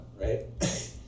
right